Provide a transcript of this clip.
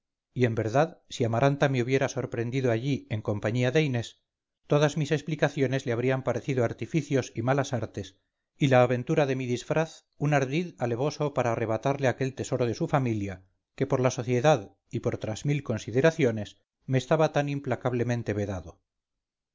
y en verdad si amaranta me hubiera sorprendido allí en compañía de inés todas mis explicaciones le habrían parecido artificios y malas artes y la aventura de mi disfraz un ardid alevoso para arrebatarle aquel tesoro de su familia que por la sociedad y por otras mil consideraciones me estaba tan implacablemente vedado